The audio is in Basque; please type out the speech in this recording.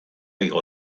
igo